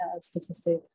statistic